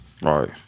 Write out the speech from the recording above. right